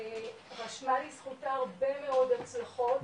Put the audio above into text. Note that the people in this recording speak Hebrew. רשמה לזכותה הרבה מאוד הצלחות,